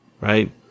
Right